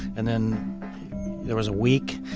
and then there was a week,